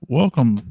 welcome